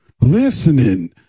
Listening